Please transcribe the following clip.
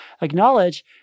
acknowledge